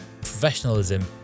professionalism